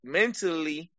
mentally